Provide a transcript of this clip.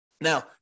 Now